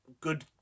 good